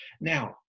Now